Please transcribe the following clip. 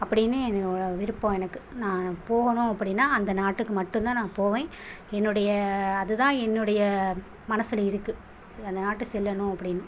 அப்படினு விருப்போம் எனக்கு நான் போகணும் அப்படின்னா அந்த நாட்டுக்கு மட்டும் தான் நான் போவேன் என்னுடைய அதுதான் என்னுடைய மனசில் இருக்குது அந்த நாட்டு சொல்லணும் அப்படினு